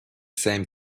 same